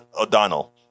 O'Donnell